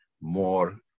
more